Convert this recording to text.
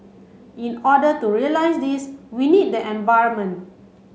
in order to realise this we need the environment